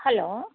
hello